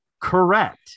Correct